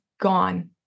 gone